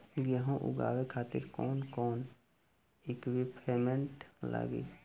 गेहूं उगावे खातिर कौन कौन इक्विप्मेंट्स लागी?